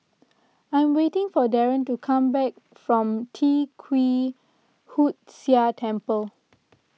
I am waiting for Daren to come back from Tee Kwee Hood Sia Temple